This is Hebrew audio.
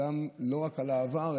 לא רק על העבר,